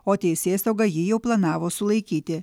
o teisėsauga jį jau planavo sulaikyti